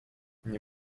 nie